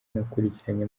nakurikiranye